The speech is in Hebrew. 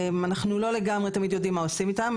אנחנו לא לגמרי תמיד יודעים מה עושים איתם.